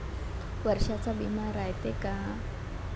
वर्षाचा बिमा रायते का?